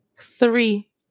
three